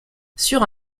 sur